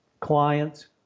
clients